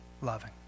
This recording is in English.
loving